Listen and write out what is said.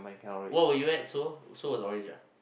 !woah! you add so so at orange ah